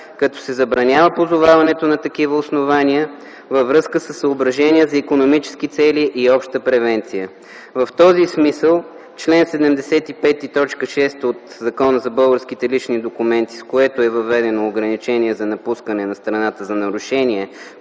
като се забранява позоваването на такива основания във връзка със съображения за икономически цели и обща превенция. В този смисъл чл. 75, т. 6 от Закона за българските лични документи, с което е въведено ограничение за напускане на страната за нарушение,